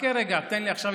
חכה רגע, תן לי עכשיו.